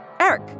Eric